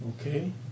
Okay